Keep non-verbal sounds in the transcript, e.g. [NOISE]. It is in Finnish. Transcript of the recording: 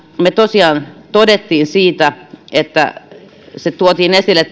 me tosiaan totesimme siitä kun tuotiin esille [UNINTELLIGIBLE]